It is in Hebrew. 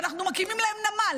ואנחנו מקימים להם נמל,